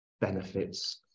benefits